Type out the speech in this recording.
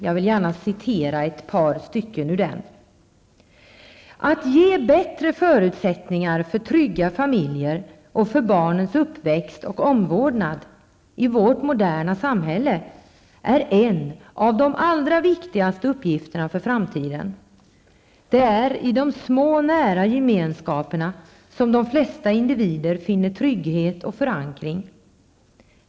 Jag vill citera några stycken: ''Att ge bättre förutsättningar för trygga familjer och för barnens uppväxt och omvårdnad i vårt moderna samhälle är en av de allra viktigaste uppgifterna för framtiden. Det är i de små nära gemenskaperna som de flesta individer finner trygghet och förankring.